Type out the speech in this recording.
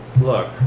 Look